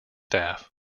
staff